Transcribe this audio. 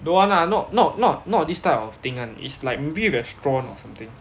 don't want lah not not not not this type of thing [one] is like maybe restaurant or something